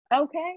okay